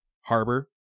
harbor